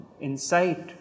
insight